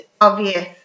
obvious